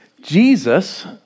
Jesus